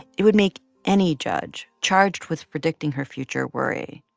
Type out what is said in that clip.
it would make any judge charged with predicting her future worry.